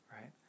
right